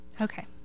Okay